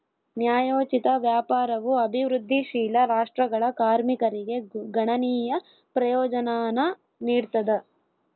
ನ್ಯಾಯೋಚಿತ ವ್ಯಾಪಾರವು ಅಭಿವೃದ್ಧಿಶೀಲ ರಾಷ್ಟ್ರಗಳ ಕಾರ್ಮಿಕರಿಗೆ ಗಣನೀಯ ಪ್ರಯೋಜನಾನ ನೀಡ್ತದ